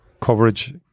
coverage